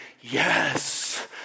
yes